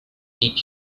did